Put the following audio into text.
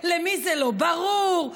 למי זה לא ברור,